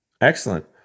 Excellent